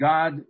God